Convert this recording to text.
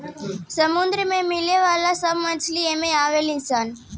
समुंदर में मिले वाली सब मछली एमे आवे ली सन